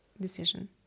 decision